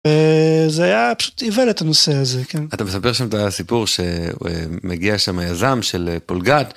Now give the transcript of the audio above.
זה היה פשוט איוולת הנושא הזה, כן. אתה מספר שם את הסיפור שמגיע שם היזם של פולגת.